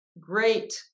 great